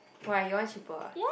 why your one cheaper ah